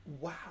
Wow